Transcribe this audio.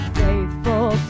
faithful